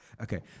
Okay